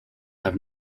have